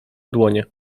dłonie